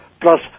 plus